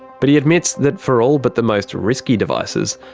but he admits that for all but the most risky devices,